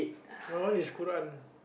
what what is Quran